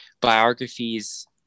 biographies